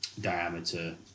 diameter